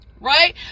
right